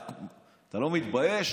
אתה לא מתבייש?